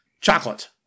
chocolate